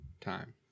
time